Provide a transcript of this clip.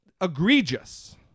egregious